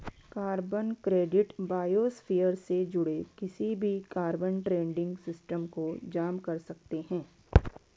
carbon credit biosphere से जुड़े किसी भी कार्बन ट्रेडिंग सिस्टम को जाम कर सकते हैं